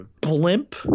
blimp